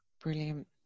Brilliant